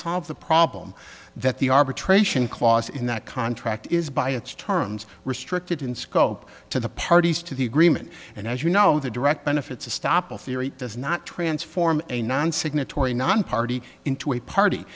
solve the problem that the arbitration clause in that contract is by its terms restricted in scope to the parties to the agreement and as you know the direct benefits to stoppel theory does not transform a non signatory nonparty